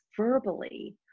verbally